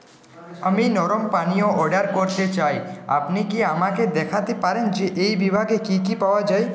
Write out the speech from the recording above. আমি নরম পানীয় অর্ডার করতে চাই আপনি কি আমাকে দেখাতে পারেন যে এই বিভাগে কি কি পাওয়া যায়